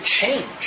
change